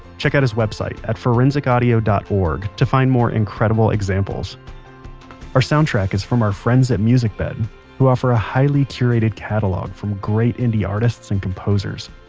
check out his website at forensicaudio dot org to find more incredible examples our soundtrack is from our friends at musicbed. who offer a highly curated catalog from great indie artists and composers.